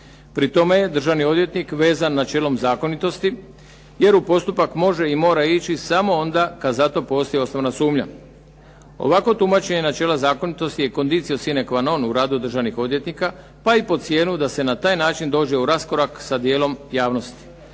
Pri tome je državni odvjetnik vezan načelom zakonitosti jer u postupak može i mora ići samo onda kada za to postoji osnovana sumnja. Ovako tumačenje načela zakonitosti je "condicio cine qua non" u radu državnih odvjetnika pa i pod cijenu da se na taj način dođe u raskorak sa dijelom javnosti.